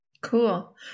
Cool